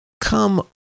come